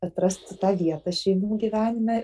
atrastų tą vietą šeimų gyvenime